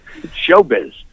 showbiz